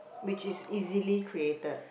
which is easily created